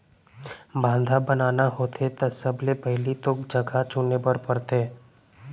बांधा बनाना होथे त सबले पहिली तो जघा चुने बर परथे